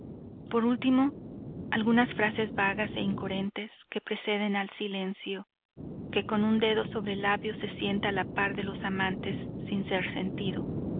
por ultimo algunas frases vagas e incoherentes que preceden al silencio que con un dedo sobre el labio se sienta a la par de los amantes sin ser sentido